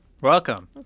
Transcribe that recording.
Welcome